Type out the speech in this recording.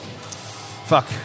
Fuck